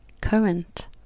current